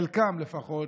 חלקן לפחות,